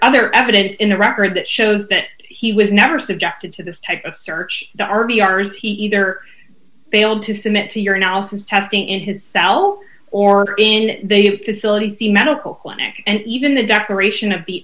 other evidence in the record that shows that he was never subjected to this type of search the r v hours he either failed to submit to your analysis testing in his cell or in they facilities the medical clinic and even the desperation of the